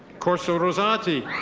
corso rosati.